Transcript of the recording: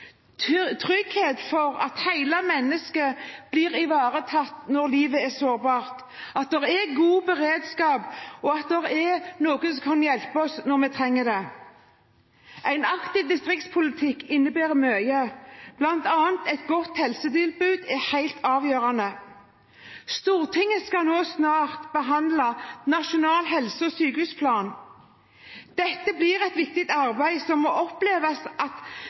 bor, trygghet for at hele mennesket blir ivaretatt når livet er sårbart, at det er god beredskap, og at det er noen som kan hjelpe oss når vi trenger det. Aktiv distriktspolitikk innebærer mye, bl.a. er et godt helsetilbud helt avgjørende. Stortinget skal snart behandle Nasjonal helse- og sykehusplan. Dette blir et viktig arbeid, og det må oppleves å gi bedre tilførsel til distriktene, mer enn at